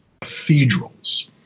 cathedrals